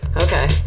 Okay